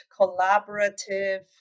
collaborative